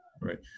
Right